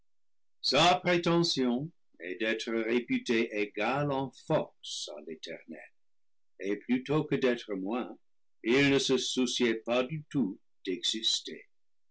prétention est d'être réputé égal en force à l'éternel et plutôt que d'être moins il ne se souciait pas du tout d'exister